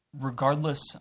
regardless